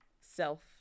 Self